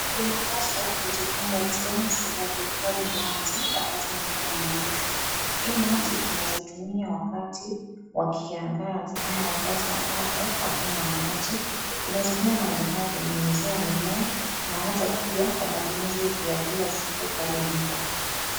Kunapaswa kujifunza jinsi ya kuhifadhi maji wakati mvua inanyesha. Hii maji tunaweza itumia wakati wa kiangazi ama wakati ambapo hakuna maji. Tunaweza tumia maji haya kwenye nyunyuzia mimea na hata pia kwa matumizi yetu ya kila siku pale nyumbani.